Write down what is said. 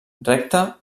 recta